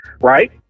Right